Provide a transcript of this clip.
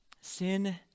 Sin